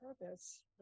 purpose